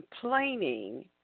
Complaining